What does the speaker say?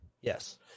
yes